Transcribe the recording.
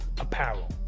apparel